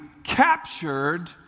captured